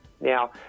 Now